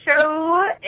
Show